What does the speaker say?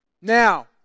Now